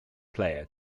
player